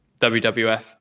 WWF